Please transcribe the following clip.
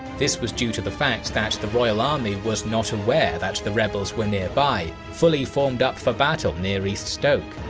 this was due to the fact that the royal army was not aware that the rebels were nearby fully formed up for battle near east stoke.